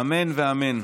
אמן ואמן.